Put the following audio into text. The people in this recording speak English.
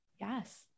Yes